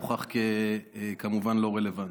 הוכח כמובן כלא רלוונטי.